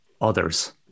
others